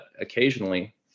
occasionally